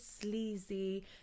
sleazy